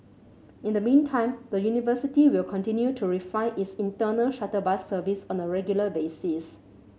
in the meantime the university will continue to refine its internal shuttle bus service on a regular basis